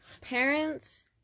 Parents